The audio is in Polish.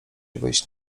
wyjść